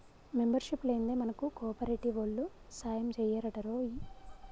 membership లేందే మనకు కోఆపరేటివోల్లు సాయంజెయ్యరటరోయ్